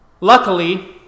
luckily